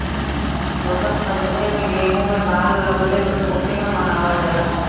वसंत पंचमी में गेंहू में बाल लगले क खुशी में मनावल जाला